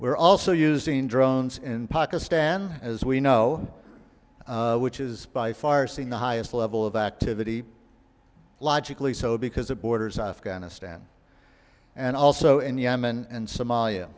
are also using drones in pakistan as we know which is by far seeing the highest level of activity logically so because it borders afghanistan and also in yemen and somalia